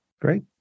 great